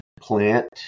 plant